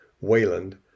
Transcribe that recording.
Wayland